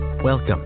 Welcome